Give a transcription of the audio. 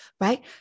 right